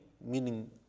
meaning